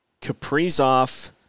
Kaprizov